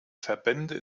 verbände